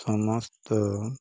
ସମସ୍ତ